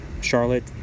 Charlotte